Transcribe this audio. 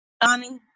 Donnie